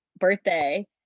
birthday